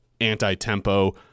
anti-tempo